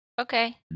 Okay